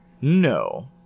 No